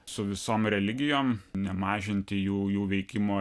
su visom religijom nemažinti jų jų veikimo